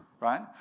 right